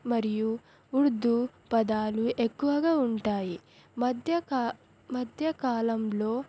మరియు ఉర్దూ పదాలు ఎక్కువగా ఉంటాయి మధ్య కా మధ్యకాలంలో